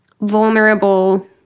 vulnerable